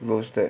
roasted